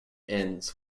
ends